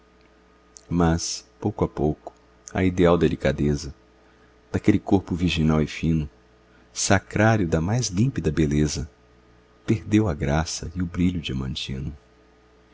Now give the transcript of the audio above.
mas pouco a pouco a ideal delicadeza daquele corpo virginal e fino sacrário da mais límpida beleza perdeu a graça e o brilho diamantino